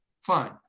Fine